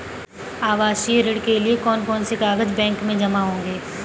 आवासीय ऋण के लिए कौन कौन से कागज बैंक में जमा होंगे?